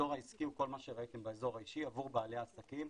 האזור העסקי הוא כל מה שראיתם באזור האישי עבור בעלי עסקים.